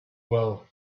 well